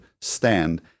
stand